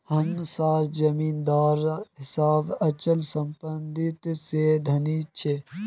हम सार जमीदार साहब अचल संपत्ति से धनी छे